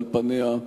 על פניה,